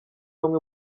bamwe